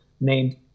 named